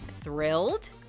thrilled